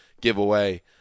Giveaway